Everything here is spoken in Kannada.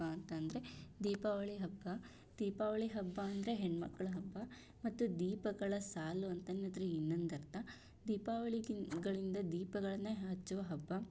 ಅಂತಂದರೆ ದೀಪಾವಳಿ ಹಬ್ಬ ದೀಪಾವಳಿ ಹಬ್ಬ ಅಂದರೆ ಹೆಣ್ಮಕ್ಕಳ ಹಬ್ಬ ಮತ್ತು ದೀಪಗಳ ಸಾಲು ಅಂತನ್ನೋದ್ರಲ್ಲಿ ಇನ್ನೊಂದು ಅರ್ಥ ದೀಪಾವಳಿ ಗಳಿಂದ ದೀಪಗಳನ್ನೇ ಹಚ್ಚುವ ಹಬ್ಬ